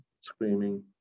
screaming